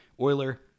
Euler